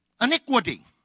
Iniquity